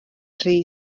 rhy